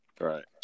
Right